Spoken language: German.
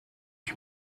ich